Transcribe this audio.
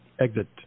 exit